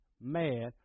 mad